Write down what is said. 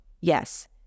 Yes